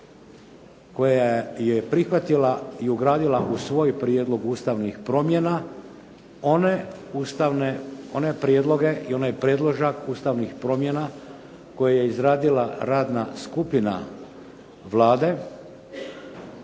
koja je prihvatila i ugradila u svoj prijedlog ustavnih promjena one prijedloge i onaj predložak ustavnih promjena koje je izradila radna skupina Vlade